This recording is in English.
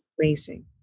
Amazing